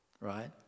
right